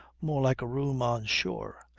more like a room on shore,